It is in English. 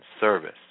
service